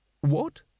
What